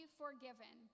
forgiven